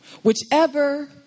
Whichever